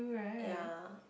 ya